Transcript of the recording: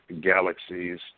galaxies